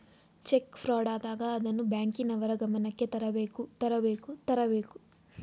check fraud ಆದಾಗ ಅದನ್ನು ಬ್ಯಾಂಕಿನವರ ಗಮನಕ್ಕೆ ತರಬೇಕು ತರಬೇಕು ತರಬೇಕು